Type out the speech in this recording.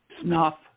Snuff